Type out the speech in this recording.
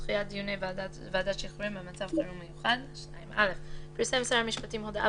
"דחיית דיוני ועדת שחרורים במצב חירום מיוחד 2. פרסם שר המשפטים הודעה